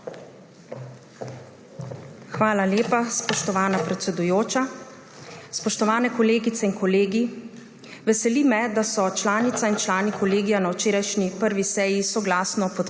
Hvala lepa, spoštovana predsedujoča. Spoštovane kolegice in kolegi! Veseli me, da so članica in člani Kolegija na včerajšnji 1. seji soglasno podprli